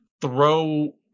throw